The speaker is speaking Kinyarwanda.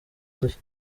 udushya